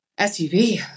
SUV